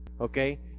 Okay